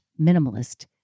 minimalist